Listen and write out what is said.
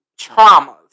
traumas